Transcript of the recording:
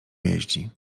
jeździ